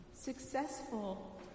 Successful